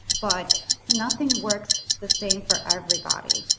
but nothing works the same for everybody.